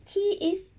he is